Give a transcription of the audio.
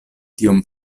tiom